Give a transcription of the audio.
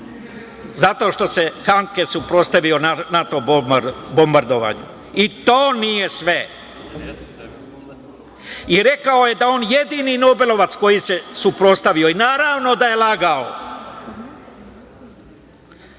Zato što se Handke suprotstavio NATO bombardovanju. To nije sve. Rekao je da je on jedini nobelovac koji se suprotstavio i naravno da je lagao.